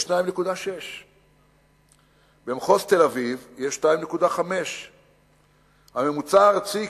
יש 2.6. במחוז תל-אביב יש 2.5. הממוצע הארצי,